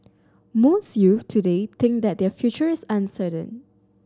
most youth today think that their feature is uncertain